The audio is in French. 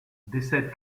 décède